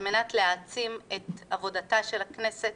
על מנת להעצים את עבודתה של הכנסת